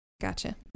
Gotcha